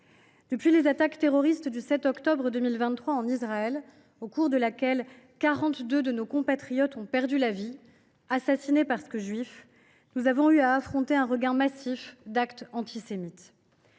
Depuis les attaques terroristes du 7 octobre 2023 en Israël, au cours desquelles quarante deux de nos compatriotes ont perdu la vie, assassinés parce qu’ils étaient juifs, nous avons eu à affronter un regain massif d’actes antisémites.